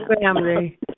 family